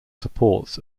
supports